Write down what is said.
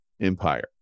Empire